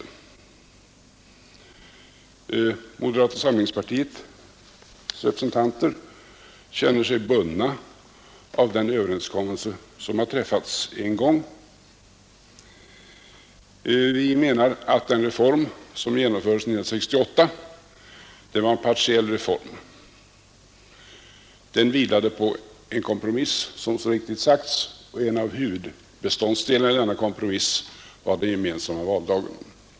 Moderata samlingspartiets representanter känner sig bundna av den överenskommelse som har träffats en gång. Vi menar att den reform som genomfördes 1968 var en partiell reform. Den vilade på en kompromiss, som så riktigt sagts, och en av huvudbeståndsdelarna i denna kompromiss var den gemensamma valdagen.